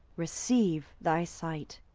receive thy sight.